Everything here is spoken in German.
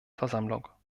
versammlung